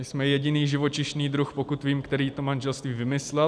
My jsme jediný živočišný druh, pokud vím, který to manželství vymyslel.